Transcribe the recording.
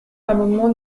l’amendement